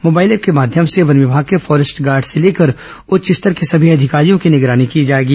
mobile app के माध्यम से वन विभाग के फॉरेस्ट गार्ड से लेकर उच्च स्तर के सभी अधिकारियों की निगरानी की जाएगी